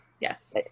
yes